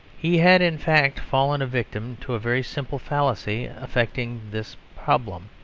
he had, in fact, fallen a victim to a very simple fallacy affecting this problem.